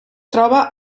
troba